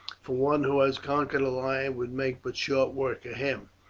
for one who has conquered a lion would make but short work of him.